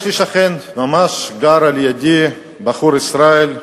יש לי שכן, ממש גר לידי, בחור, ישראל,